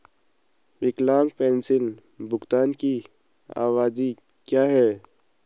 विकलांग पेंशन भुगतान की अवधि क्या है?